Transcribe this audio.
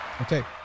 Okay